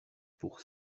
pour